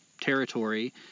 territory